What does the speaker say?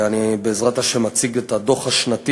בעזרת השם, אציג את הדוח השנתי